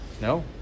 No